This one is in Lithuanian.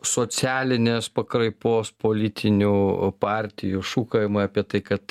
socialinės pakraipos politinių partijų šūkavimai apie tai kad